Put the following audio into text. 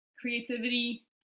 creativity